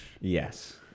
Yes